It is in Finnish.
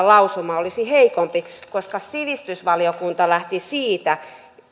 lausuma olisi heikompi koska sivistysvaliokunta lähti siitä